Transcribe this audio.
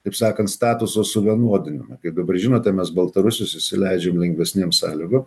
taip sakant statuso suvienodinimą kaip dabar žinote mes baltarusius įsileidžiam lengvesnėm sąlygom